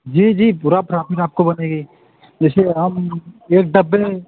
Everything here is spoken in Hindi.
जी जी पूरा प्राफिट आपको बनेगी जैसे हम एक डब्बे